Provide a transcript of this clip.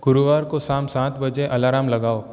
गुरुवार को शाम सात बजे अलार्म लगाओ